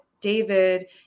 David